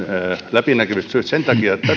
läpinäkyvyyssyistä sen takia